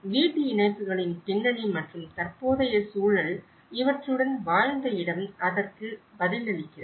வீட்டு இணைப்புகளின் பின்னணி மற்றும் தற்போதைய சூழல் இவற்றுடன் வாழ்ந்த இடம் அதற்கு பதிலளிக்கிறது